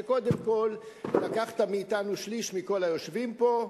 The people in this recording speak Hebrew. שקודם כול לקחת מאתנו שליש מכל היושבים פה.